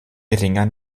geringer